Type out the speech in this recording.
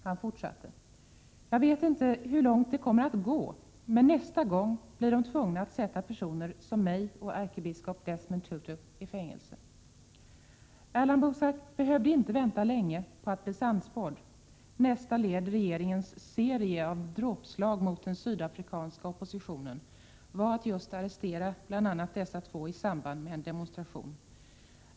Han fortsatte: ”Jag vet inte hur långt de kommer att gå, men nästa gång blir de tvungna att sätta personer som mig och ärkebiskop Desmond Tutu i fängelse.” Alan Boesak behövde inte vänta länge på att bli sannspådd. Nästa led i regeringens serie av dråpslag mot den sydafrikanska oppositionen var att just arrestera bl.a. dessa två i samband med en demonstration.